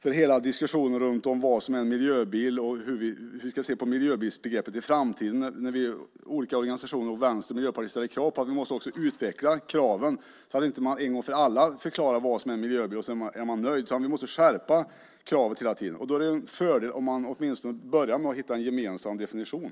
för hela diskussionen om vad som är en miljöbil och hur vi ska se på miljöbilsbegreppet i framtiden. Olika organisationer, Vänstern och Miljöpartiet ställer krav på att vi också måste utveckla kraven så att vi inte en gång för alla förklarar vad som är en miljöbil och sedan är nöjda. Vi måste skärpa kraven hela tiden. Då är det en fördel om man åtminstone börjar med att hitta en gemensam definition.